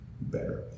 better